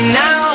now